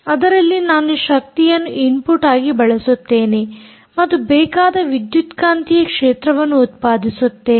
ಅದರಲ್ಲಿ ನಾನು ಶಕ್ತಿಯನ್ನು ಇನ್ಫುಟ್ಆಗಿ ಬಳಸುತ್ತೇನೆ ಮತ್ತು ಬೇಕಾದ ವಿದ್ಯುತ್ಕಾಂತಿಯ ಕ್ಷೇತ್ರವನ್ನು ಉತ್ಪಾದಿಸುತ್ತೇನೆ